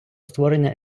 створення